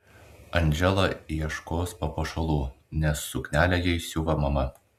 andžela ieškos papuošalų nes suknelę jai siuva mama